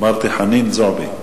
אמרתי חנין זועבי,